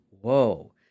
Whoa